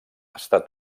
estat